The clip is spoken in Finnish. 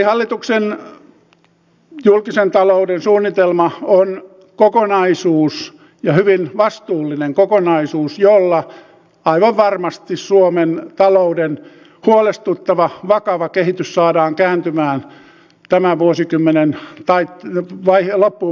hallituksen julkisen talouden suunnitelma on kokonaisuus ja hyvin vastuullinen kokonaisuus jolla aivan varmasti suomen talouden huolestuttava vakava kehitys saadaan kääntymään tämän vuosikymmenen loppuun mennessä